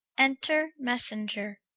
enter messenger.